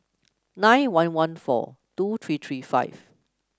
nine one one four two three three five